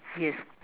yes